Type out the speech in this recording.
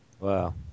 Wow